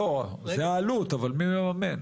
לא, זו העלות אבל מי יממן?